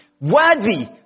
worthy